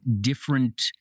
different